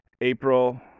April